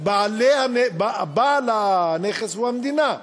בעל הנכס הוא המדינה,